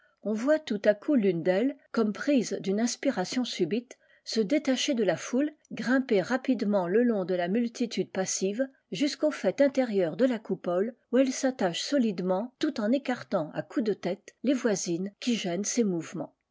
on voit tout k coup tune d'elles comme prise d'une inspiration subite se détacher de la foule grimper rapidement le long de la multitude passive jusqu'au faite intérieur de lacpupole où elle s'attache solidement tout en écartant à coups de tète les voisines qui gênent ses mouvements